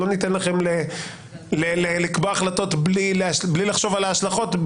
לא ניתן לכם לקבוע החלטות בלי לחשוב על ההשלכות,